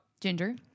ginger